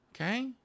Okay